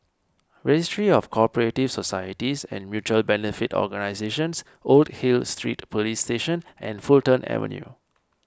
Registry of Co Operative Societies and Mutual Benefit Organisations Old Hill Street Police Station and Fulton Avenue